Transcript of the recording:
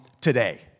today